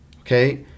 okay